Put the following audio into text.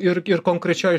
ir ir konkrečioj